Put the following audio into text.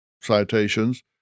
citations